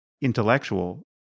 intellectual